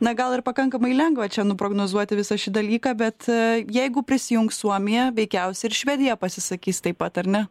na gal ir pakankamai lengva čia nuprognozuoti visą šį dalyką bet jeigu prisijungs suomija veikiausiai ir švedija pasisakys taip pat ar ne